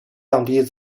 降低